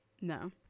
No